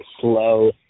slow